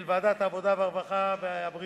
של ועדת העבודה, הרווחה והבריאות,